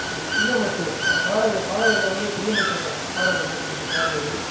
D டிஎம்எஸ்ஸு பா பாடல் பாடகர்களில் வந்து டிஎம்எஸ்ஸோடய பாடல் ரொம்ப பிடிக்கும் பாடுறது